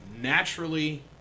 naturally